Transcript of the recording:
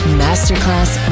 masterclass